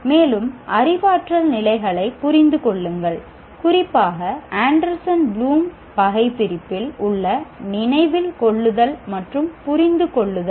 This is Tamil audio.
மேலும் அறிவாற்றல் நிலைகளைப் புரிந்து கொள்ளுங்கள் குறிப்பாக ஆண்டர்சன் ப்ளூம் வகைபிரிப்பில் உள்ள நினைவில் கொள்ளுதல் மற்றும் புரிந்துகொள்ளுதல்